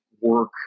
work